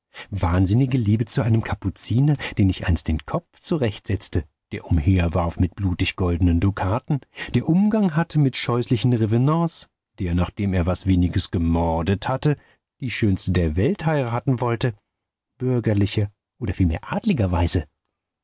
wahnsinnige liebe zu einem kapuziner dem ich einst den kopf zurechtsetzte der umherwarf mit blutiggoldenen dukaten der umgang hatte mit scheußlichen revenants der nachdem er was weniges gemordet hatte die schönste der welt heiraten wollte bürgerlicher oder vielmehr